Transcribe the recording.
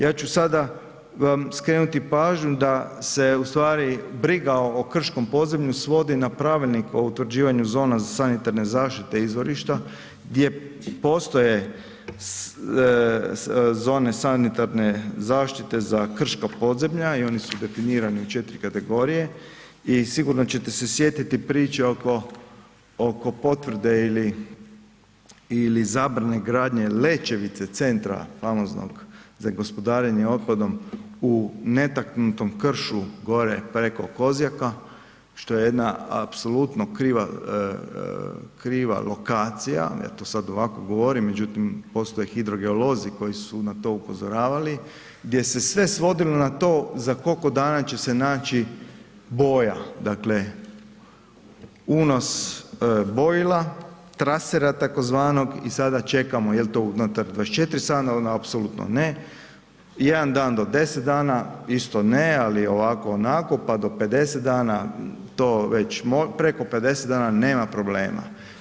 Ja ću sada vam skrenuti pažnju da se u stvari briga o krškom podzemlju svodi na Pravilnik o utvrđivanju zona za sanitarne zaštite izvorišta gdje postoje zone sanitarne zaštite za krška podzemlja i oni su definirani u 4 kategorije i sigurno ćete se sjetiti priče oko potvrde ili zabrane gradnje Lećevice, centra famoznog za gospodarenje otpadom u netaknutom kršu gore preko Kozjaka, što je jedna apsolutno kriva lokacija, ja to sad ovako govorim, međutim postoje hidrogeolozi koji su na to upozoravali gdje se sve svodilo na to za koliko dana će se naći boja, dakle unos bojila, trasera tzv. i sada čekamo je li to unutar 24 sata, onda apsolutno ne i jedan dan do 10 dana, isto ne, ali ovako, onako, pa do 50 dana, to već, preko 50 dana nema problema.